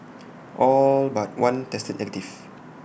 all but one tested negative